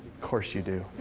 course you do.